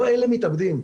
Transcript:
לא אלה מתאבדים.